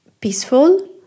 peaceful